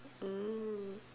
mm